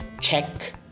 check